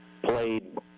played